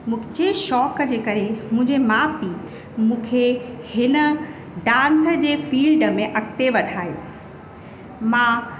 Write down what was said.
मूंखे शौक़ जे करे मुंहिंजे माउ पीउ मूंखे हिन डांस जे फील्ड में अॻिते वधायो मां